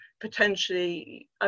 potentially